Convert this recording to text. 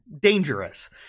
dangerous